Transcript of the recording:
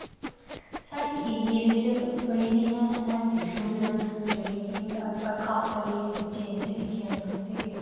साढ़े एरिये बिच बड़ी जेहियां हेल्थ इश्यूज़ न जेह्ड़ियां खास करियै अज्जकल बच्चें च दिक्खियां जा करदियां ऐ